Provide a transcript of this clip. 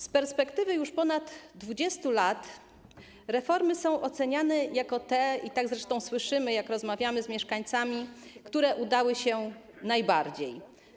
Z perspektywy już ponad 20 lat reformy są oceniane jako te, i tak zresztą słyszymy, jak rozmawiamy z mieszkańcami, które udały się najbardziej.